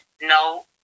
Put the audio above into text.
No